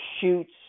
shoots